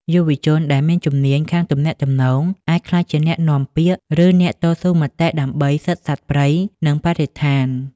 យុវជនដែលមានជំនាញខាងទំនាក់ទំនង អាចក្លាយជាអ្នកនាំពាក្យ ឬអ្នកតស៊ូមតិដើម្បីសិទ្ធិសត្វព្រៃ និងបរិស្ថាន។